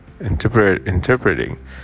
interpreting